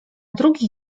drugi